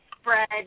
spread